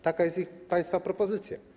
Taka jest państwa propozycja.